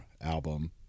album